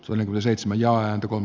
toinen oli seitsemän ja antakoon